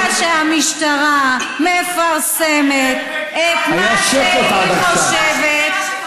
ברגע שהמשטרה מפרסמת את מה שהיא חושבת,